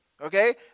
Okay